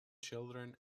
children